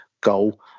goal